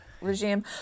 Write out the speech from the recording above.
regime